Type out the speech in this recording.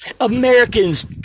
Americans